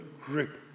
grip